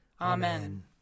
Amen